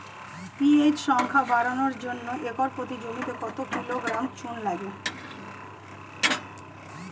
PH সংখ্যা বাড়ানোর জন্য একর প্রতি জমিতে কত কিলোগ্রাম চুন লাগে?